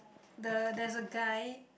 the there's a guy